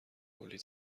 کلی